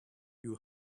you